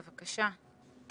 בבקשה.